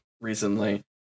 recently